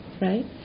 right